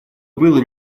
было